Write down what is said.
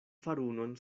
farunon